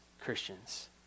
Christians